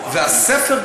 והספר,